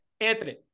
Anthony